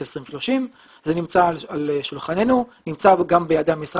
2030. זה נמצא על שולחננו ונמצא גם באתר המשרד